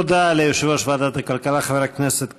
תודה ליושב-ראש ועדת הכלכלה חבר הכנסת כבל.